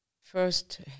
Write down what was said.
first